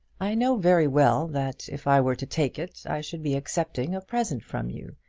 i know very well that if i were to take it, i should be accepting a present from you,